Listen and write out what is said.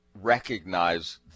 recognize